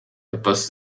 etwas